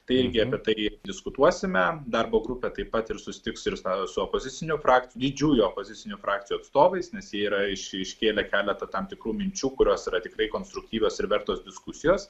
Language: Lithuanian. tai irgi apie tai diskutuosime darbo grupė taip pat ir susitiks ir su opozicinių frakcijų didžiųjų opozicinių frakcijų atstovais nes jie yra iškėlę keletą tam tikrų minčių kurios yra tikrai konstruktyvios ir vertos diskusijos